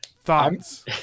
Thoughts